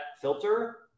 filter